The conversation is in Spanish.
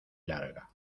larga